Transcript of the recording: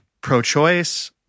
pro-choice